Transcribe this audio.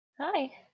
Hi